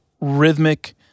rhythmic